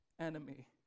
enemy